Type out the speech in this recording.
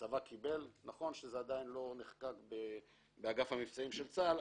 הצבא קיבל נכון שזה עדיין לא נחקק באגף המבצעים של צה"ל,